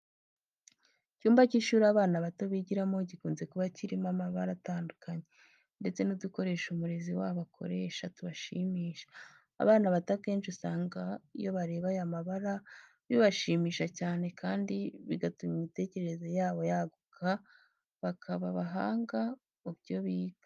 Icyumba cy'ishuri abana bato bigiramo gikunze kuba kirimo amabara atandukanye, ndetse n'udukoresho umurezi wabo akoresha tubashimisha. Abana bato akenshi usanga iyo bareba aya mabara bibashimisha cyane, kandi bigatuma imitekerereze yabo yaguka bakaba abahanga mu byo biga.